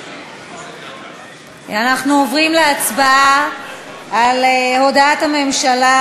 אנחנו עוברים להצבעה על הודעת הממשלה,